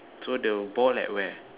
so the ball at where